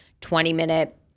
20-minute